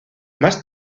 más